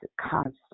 constant